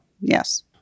Yes